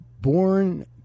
born